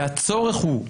והצורך הוא,